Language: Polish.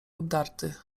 obdarty